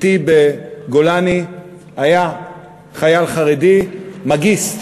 אתי בגולני היה חייל חרדי, מאגיסט,